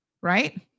right